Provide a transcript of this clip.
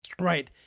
Right